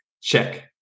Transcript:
check